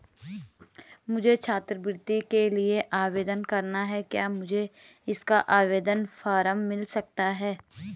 मुझे छात्रवृत्ति के लिए आवेदन करना है क्या मुझे इसका आवेदन फॉर्म मिल सकता है?